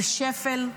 זה שפל.